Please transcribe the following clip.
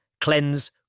cleanse